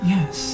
Yes